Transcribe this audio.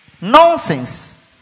Nonsense